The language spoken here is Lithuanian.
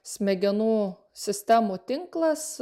smegenų sistemų tinklas